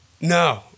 No